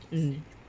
mm